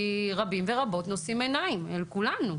רבים ורבות נושאים עיניים אל כולנו.